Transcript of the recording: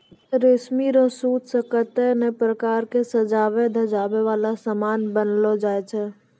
रेशमी रो सूत से कतै नै प्रकार रो सजवै धजवै वाला समान बनैलो जाय छै